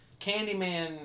Candyman